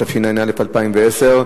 התשע"א 2010,